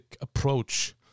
approach